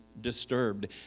disturbed